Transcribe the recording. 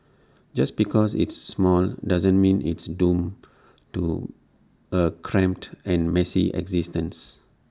just because it's small doesn't mean it's doomed to A cramped and messy existence